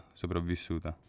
sopravvissuta